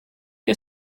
que